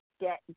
get